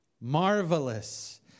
Marvelous